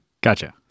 Gotcha